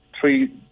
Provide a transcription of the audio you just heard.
three